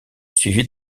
suivi